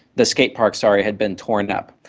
the skate park, sorry, had been torn up.